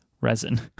resin